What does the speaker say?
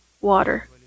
water